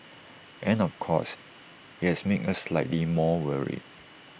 and of course IT has made us slightly more worried